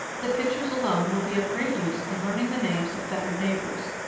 the pictures alone will be of great use in learning the names of feathered neighbours,